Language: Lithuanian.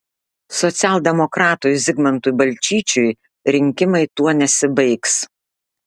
socialdemokratui zigmantui balčyčiui rinkimai tuo nesibaigs